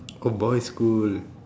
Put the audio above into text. oh boys school